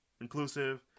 inclusive